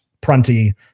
Prunty